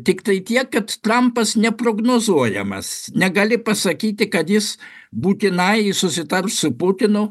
tiktai tiek kad trampas neprognozuojamas negali pasakyti kad jis būtinai susitars su putinu